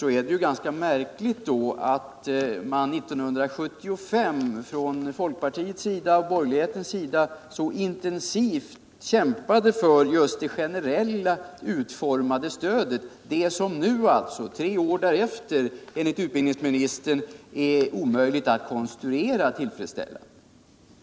Då är det ju ganska märkligt att man 1975 från folkpartiets och borgerlighetens sida så intensivt kämpade för just det generellt utformade stödet, det som alltså nu, tre år därefter, enligt utbildningsministern är omöjligt att konstruera tillfredsställande.